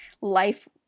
life